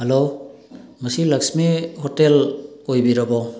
hello ꯃꯁꯤ Lakshmi hotel ꯑꯣꯏꯕꯤꯔꯕꯣ